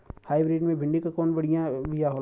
Hybrid मे भिंडी क कवन बिया बढ़ियां होला?